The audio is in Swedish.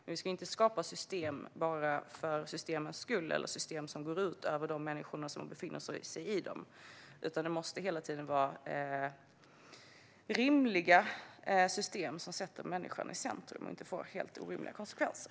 Men vi ska inte skapa system för systemens skull, och vi ska inte skapa system som går ut över de människor som befinner sig i dem. Vi måste hela tiden ha rimliga system som sätter människan i centrum och inte får helt orimliga konsekvenser.